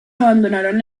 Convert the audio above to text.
abandonaron